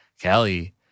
Kelly